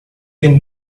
can